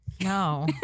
No